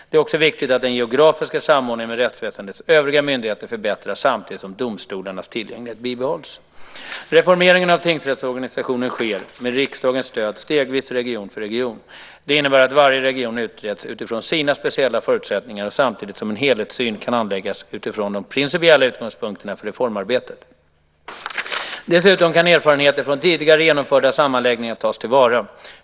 Det är också viktigt att den geografiska samordningen med rättsväsendets övriga myndigheter förbättras samtidigt som domstolarnas tillgänglighet bibehålls. Reformeringen av tingsrättsorganisationen sker, med riksdagens stöd, stegvis region för region. Det innebär att varje region utreds utifrån sina speciella förutsättningar, samtidigt som en helhetssyn kan anläggas utifrån de principiella utgångspunkterna för reformarbetet. Dessutom kan erfarenheter från tidigare genomförda sammanläggningar tas till vara.